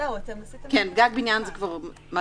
גג בניין כבר קיים.